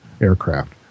aircraft